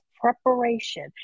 preparation